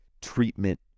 treatment